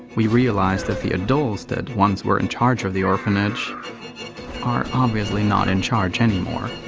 we realize that the adults that once were in charge of the orphanage are. obviously not in charge anymore.